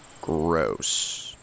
Gross